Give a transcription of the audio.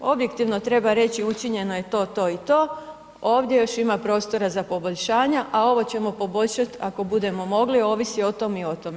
Objektivno treba reći učinjeno je to, to i to, ovdje još ima prostora za poboljšanja, a ovo ćemo poboljšat ako budemo mogli ovisi o tome i o tome.